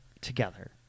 together